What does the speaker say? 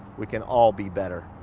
we can all be better.